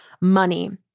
money